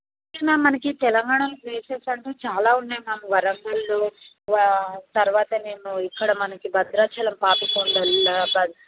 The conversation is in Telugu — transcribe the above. మ్యామ్ మనకి తెలంగాణ ప్లేసెస్ అంటే చాలా ఉన్నాయి మ్యామ్ వరంగల్లో తర్వాత మేము ఇక్కడ మనకి భద్రాచలం పాపికొండల భ